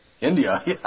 India